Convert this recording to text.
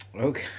okay